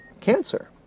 cancer